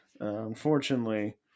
unfortunately